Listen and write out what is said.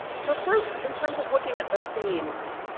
so first, in terms of looking at the themes.